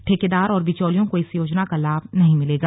ठेकेदार और बिचौलयों को इस योजना का लाभ नहीं मिलेगा